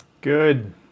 Good